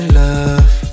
love